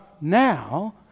now